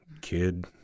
kid